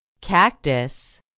Cactus